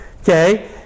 okay